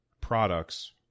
products